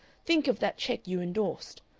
think of that check you endorsed.